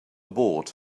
board